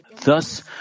Thus